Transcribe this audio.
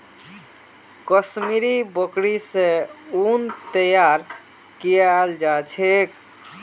कश्मीरी बकरि स उन तैयार कियाल जा छेक